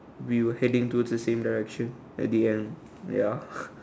we were heading towards the same direction at the end